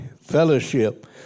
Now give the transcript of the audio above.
fellowship